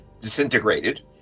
disintegrated